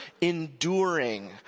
enduring